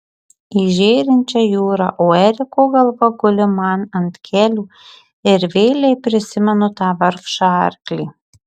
žiūriu į žėrinčią jūrą o eriko galva guli man ant kelių ir vėlei prisimenu tą vargšą arklį